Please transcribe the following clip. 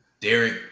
Derek